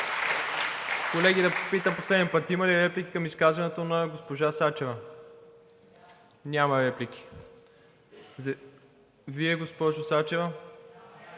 Колеги, да попитам за последен път – има ли реплики към изказването на госпожа Сачева? Няма реплики. Вие, госпожо Сачева?